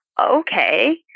okay